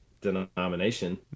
denomination